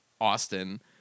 Austin